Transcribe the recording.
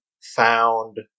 found